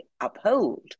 uphold